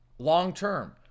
Long-term